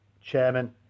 chairman